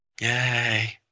Yay